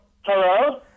Hello